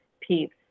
peeps